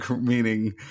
meaning